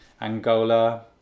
Angola